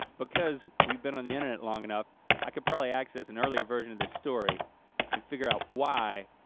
because we've been on the internet long enough i could probably access an earlier version of this story and figure out why,